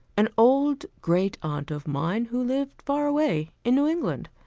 an old great-aunt of mine, who lived far away, in new england.